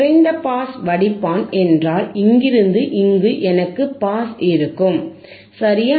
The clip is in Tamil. குறைந்த பாஸ் வடிப்பான் என்றால் இங்கிருந்து இங்கு எனக்கு பாஸ் இருக்கும் சரியா